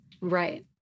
Right